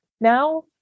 Now